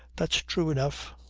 that's true enough.